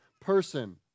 person